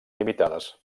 limitades